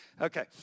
Okay